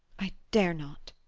i dare not.